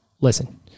Listen